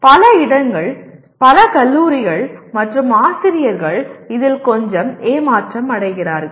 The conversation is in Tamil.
பல இடங்கள் பல கல்லூரிகள் மற்றும் ஆசிரியர்கள் இதில் கொஞ்சம் ஏமாற்றமடைகிறார்கள்